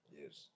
yes